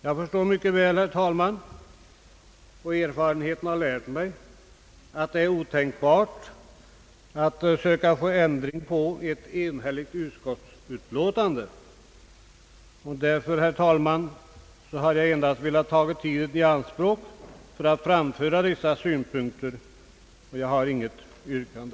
Jag förstår mycket väl, herr talman, — det har erfarenheten lärt mig — att det är otänkbart att försöka få ändring av ett enhälligt utskottsförslag. Därför, herr talman, har jag endast velat ta tiden i anspråk för att framföra dessa synpunkter. Jag har inget yrkande.